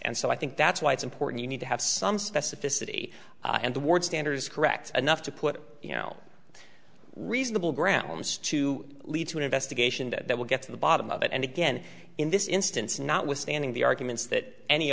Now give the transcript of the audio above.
and so i think that's why it's important you need to have some specificity and the word standard is correct enough to put you know reasonable grounds to lead to an investigation that will get to the bottom of it and again in this instance not withstanding the arguments that